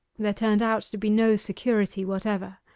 there turned out to be no security whatever.